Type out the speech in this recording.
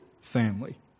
family